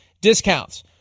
discounts